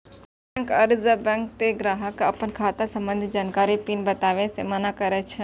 bank आ reserve bank तें ग्राहक कें अपन खाता संबंधी जानकारी, पिन बताबै सं मना करै छै